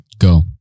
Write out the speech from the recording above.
go